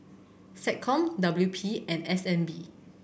SecCom W P and S N B